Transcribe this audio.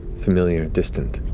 familiar, distant,